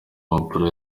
mpapuro